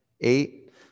eight